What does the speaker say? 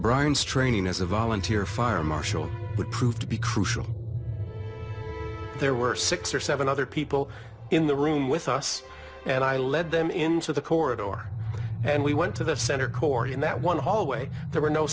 brian's training as a volunteer fire marshal would prove to be crucial there were six or seven other people in the room with us and i led them into the corridor and we went to the center court in that one hallway there were no